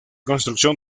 construcción